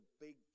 big